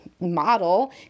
model